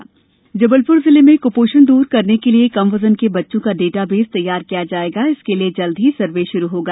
कुपोषण जबलपुर जिले में कुपोषण दूर करने के लिए कम वजन के बच्चों का डेटा बेस तैयार किया जायेगा इसके लिए जल्दी ही सर्वे शुरू होगा